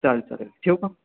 चालेल चालेल ठेवू का